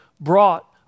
brought